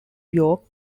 york